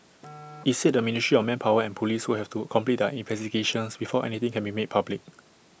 IT said the ministry of manpower and Police would have to complete their investigations before anything can be made public